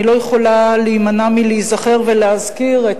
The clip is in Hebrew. אני לא יכולה להימנע מלהיזכר ולהזכיר את